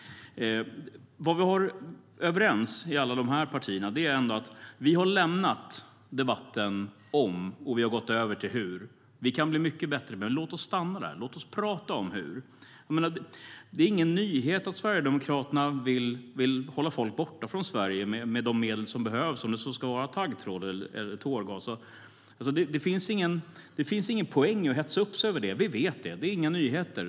Vad vi är överens om i alla dessa partier är att vi har lämnat frågan om och gått över till frågan hur. Vi kan bli mycket bättre, men låt oss stanna där. Låt oss prata om hur. Det är ingen nyhet att Sverigedemokraterna vill hålla folk borta från Sverige med de medel som behövs, om det så ska vara taggtråd eller tårgas. Det finns ingen poäng i att hetsa upp sig över det. Vi vet det. Det är inga nyheter.